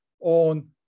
on